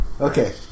Okay